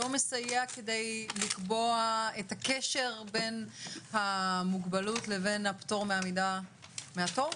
לא מסייע כדי לקבוע את הקשר בין המוגבלות לבין הפטור מעמידה מהתור?